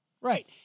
right